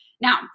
Now